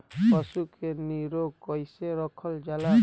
पशु के निरोग कईसे रखल जाला?